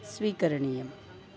स्वीकरणीयम्